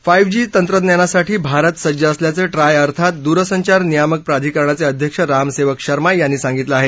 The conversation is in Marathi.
फाईव्ह जी तंत्रज्ञानासाठी भारत सज्ज असल्याचं ट्राय अर्थात दूरसंचार नियामक प्राधिकरणाचे अध्यक्ष राम सेवक शर्मा यांनी सांगितलं आहे